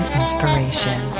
inspiration